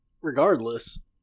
regardless